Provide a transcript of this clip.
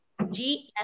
gf